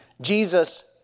Jesus